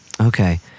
Okay